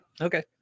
Okay